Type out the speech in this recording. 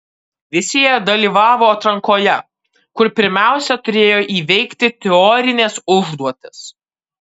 visi jie dalyvavo atrankoje kur pirmiausia turėjo įveikti teorines užduotis